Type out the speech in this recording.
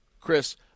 Chris